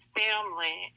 family